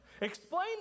Explain